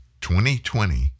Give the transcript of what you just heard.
2020